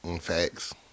Facts